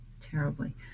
terribly